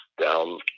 down